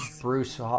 Bruce